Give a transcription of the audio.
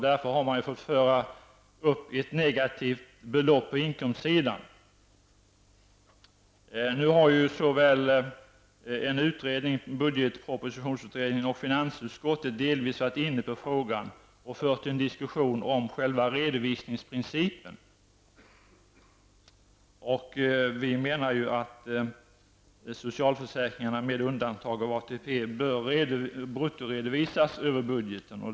Därför har man uppgett ett negativt belopp på inkomstsidan. Nu har såväl budgetutredningen som finansutskottet delvis varit inne på frågan och fört en diskussion om själva redovisningsprincipen. Vi menar att socialförsäkringen, med undantag av ATP, bör bruttoredovisas över budgeten.